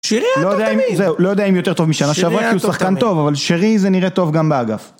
שירי היה טוב תמיד. לא יודע אם יותר טוב משנה שעבר, כי הוא שחקן טוב, אבל שירי זה נראה טוב גם באגף.